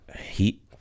Heat